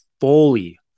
fully